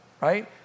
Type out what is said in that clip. right